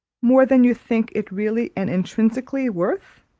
more than you think it really and intrinsically worth.